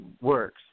works